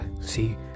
see